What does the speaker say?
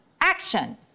Action